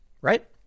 right